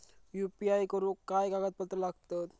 UPI करुक काय कागदपत्रा लागतत?